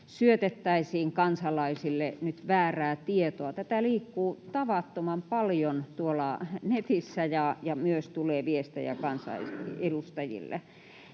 syötettäisiin kansalaisille nyt väärää tietoa. Tätä liikkuu tavattoman paljon tuolla netissä, ja myös tulee viestejä kansanedustajille.